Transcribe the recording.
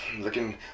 Looking